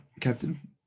captain